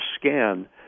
scan